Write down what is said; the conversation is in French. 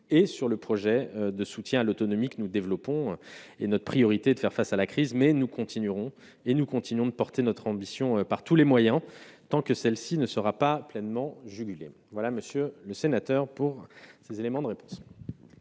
et sur le projet de soutien à l'autonomie que nous développons et notre priorité est de faire face à la crise, mais nous continuerons et nous continuons de porter notre ambition par tous les moyens, tant que celle-ci ne sera pas pleinement juguler voilà monsieur le sénateur pour ces éléments de réponse.